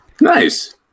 Nice